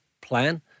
plan